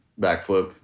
backflip